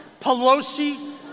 Pelosi